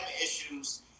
issues